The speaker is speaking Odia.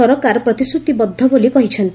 ସରକାର ପ୍ରତିଶ୍ରତିବଦ୍ଧ ବୋଲି କହିଛନ୍ତି